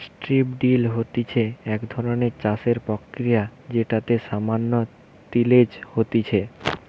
strip drill হতিছে এক ধরণের চাষের প্রক্রিয়া যেটাতে সামান্য তিলেজ হতিছে